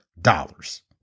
dollars